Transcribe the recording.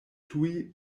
tuj